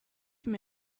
you